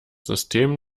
system